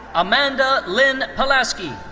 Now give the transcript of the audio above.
amanda lynn palaski.